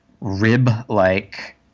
rib-like